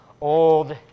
old